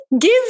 give